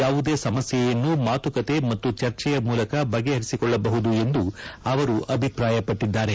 ಯಾವುದೇ ಸಮಸ್ಯೆಯನ್ನು ಮಾತುಕತೆ ಮತ್ತು ಚರ್ಚೆಯ ಮೂಲಕ ಬಗೆಹರಿಸಿಕೊಳ್ಳಬಹುದು ಎಂದು ಅವರು ಅಭಿಪ್ರಾಯಪಟ್ಟಿದ್ದಾರೆ